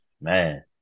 man